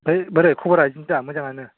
ओमफ्राय बोरै खबरा बिदिनो दा मोजांआनो